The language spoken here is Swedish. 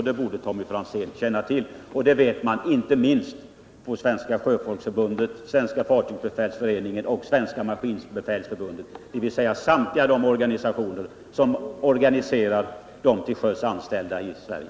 Det borde Tommy Franzén känna till, och det vet man inte minst på Svenska sjöfolksförbundet, Svenska fartygsbefälsföreningen och Svenska maskinbefälsförbundet, dvs. samtliga de förbund som organiserar till sjöss anställda i Sverige.